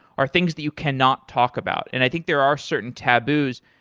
are things that you cannot talk about. and i think there are certain taboos.